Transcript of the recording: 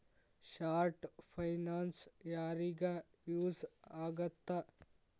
short finance ಯಾರಿಗ use ಆಗತ್ತಾ